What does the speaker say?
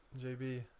JB